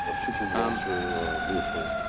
supervisor leopold.